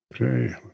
Okay